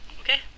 okay